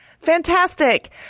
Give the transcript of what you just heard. Fantastic